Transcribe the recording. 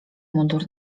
mundur